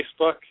Facebook